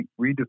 redefine